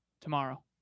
tomorrow